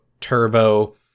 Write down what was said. Turbo